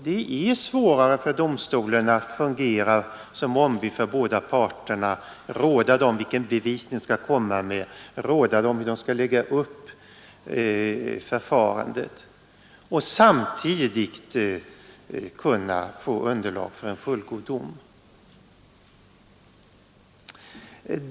Det är svårare för domstolen att fungera som ombud för båda parterna, råda dem vilken bevisning de skall komma med, råda dem hur de skall lägga upp förfarandet, och samtidigt kunna få underlag för en fullgod dom.